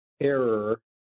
error